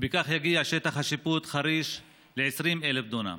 וכך יגיע שטח השיפוט של חריש ל-20,000 דונם.